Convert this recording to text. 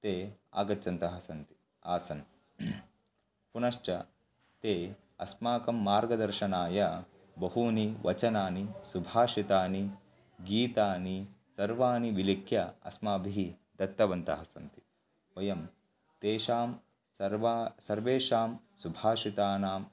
ते आगच्छन्तः सन्ति आसन् पुनश्च ते अस्माकं मार्गदर्शनाय बहूनि वचनानि सुभाषितानि गीतानि सर्वाणि विलिख्य अस्माभिः दत्तवन्तः सन्ति वयं तेषां सर्व सर्वेषां सुभाषितानाम्